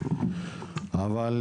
אבל,